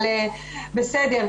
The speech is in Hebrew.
בסדר,